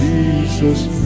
Jesus